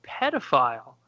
pedophile